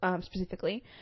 specifically